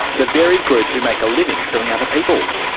the very group who make a living suing other people.